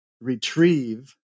retrieve